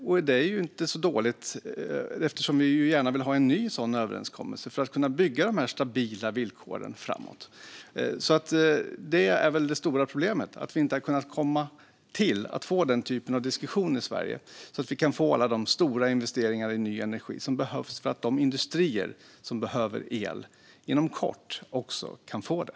Och det är ju inte så dåligt, eftersom vi ju gärna vill ha en ny sådan överenskommelse för att kunna bygga stabila villkor framåt. Det stora problemet är väl att vi inte har kunnat få till stånd den typen av diskussion i Sverige, så att vi kan få de stora investeringar i ny energi som behövs för att de industrier som behöver el inom kort också ska kunna få det.